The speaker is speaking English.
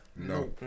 no